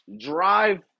Drive